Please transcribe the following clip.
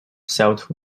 south